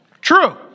True